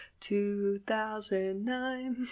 2009